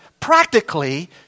Practically